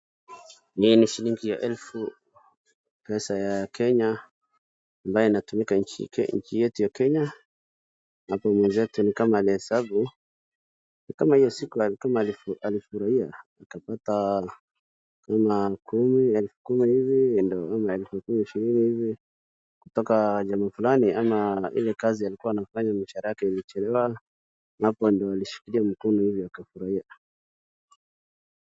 Hii ni shilingi ya elfu pesa ya Kenya ambayo inatumika katika nchi yetuya Kenya. Hapo mwezetu ni kama anahesabu ni kama hiyo siku alituma alifurahia akapata kama elfu kumi hivi ndiyo elfu ishirini hivi kutoka jamaa fulani ama ile kazi alikuwa anafanya mshahara wake ilichelewa, hapo ndo alishikilia mkono hivi akafurahia.